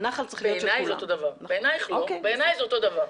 בעיניי זה אותו הדבר.